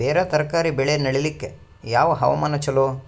ಬೇರ ತರಕಾರಿ ಬೆಳೆ ನಡಿಲಿಕ ಯಾವ ಹವಾಮಾನ ಚಲೋ?